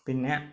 പിന്നെ